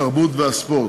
התרבות והספורט.